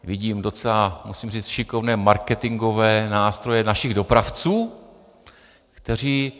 Vidím docela, musím říct, šikovné marketingové nástroje našich dopravců, kteří...